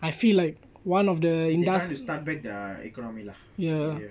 they trying to start back their economy lah earlier